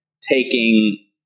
taking